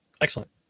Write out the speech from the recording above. Excellent